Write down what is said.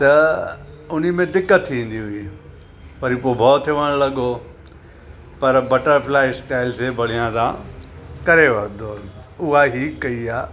त उन में दिक़त थींदी हूंदी हुई वरी पोइ भउ थियणु लॻो पर बटर फ़्लाई स्टाइल से बढ़िया सां करे वठंदो उहा ई कयी आहे